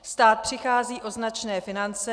Stát přichází o značné finance.